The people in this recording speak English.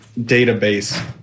database